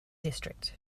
district